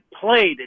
played